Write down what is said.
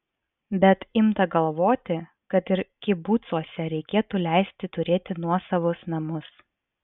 bet imta galvoti kad ir kibucuose reikėtų leisti turėti nuosavus namus